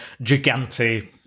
Gigante